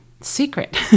secret